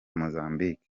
mozambique